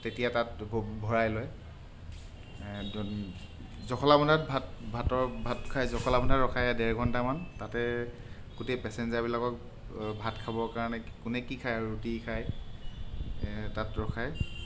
তেতিয়া তাত ভৰাই লয় জখলাবন্ধাত ভাত ভাতৰ ভাত খায় জখলাবন্ধাত ৰখায় ডেৰ ঘণ্টামান তাতে গোটেই পেচেঞ্জাৰবিলাকক ভাত খাবৰ কাৰণে কোনে কি খায় আৰু ৰুটি খায় তাত ৰখায়